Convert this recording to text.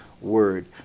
word